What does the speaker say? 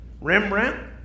Rembrandt